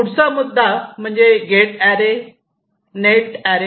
पुढचा मुद्दा get array म्हणजे नेट असलेला अॅरे